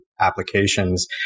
applications